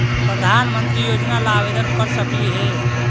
प्रधानमंत्री योजना ला आवेदन कर सकली हे?